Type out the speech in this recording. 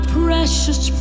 precious